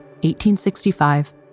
1865